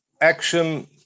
action